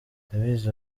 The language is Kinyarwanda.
ndabizi